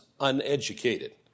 uneducated